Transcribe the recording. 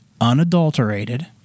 unadulterated